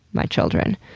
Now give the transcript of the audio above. my children.